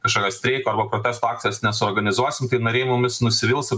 kažkokio streiko ar protesto akcijos nesuorganizuosim tai nariai mumis nusivils